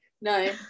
No